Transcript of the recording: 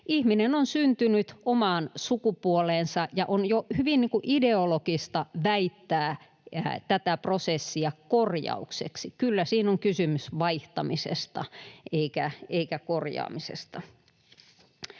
Ihminen on syntynyt omaan sukupuoleensa, ja on jo hyvin ideologista väittää tätä prosessia korjaukseksi. Kyllä siinä on kysymys vaihtamisesta eikä korjaamisesta.